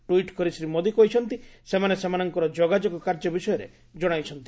tweet କରି ଶ୍ରୀ ମୋଦୀ କହିଛନ୍ତି ସେମାନେ ସେମାନଙ୍କର ଯୋଗାଯୋଗ କାର୍ଯ୍ୟ ବିଷୟରେ ଜଣାଇଛନ୍ତି